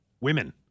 Women